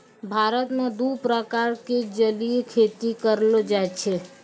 भारत मॅ दू प्रकार के जलीय खेती करलो जाय छै